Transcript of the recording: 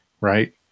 right